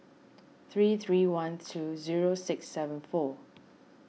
three three one two zero six seven four